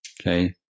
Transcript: okay